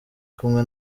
kumwe